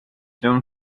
known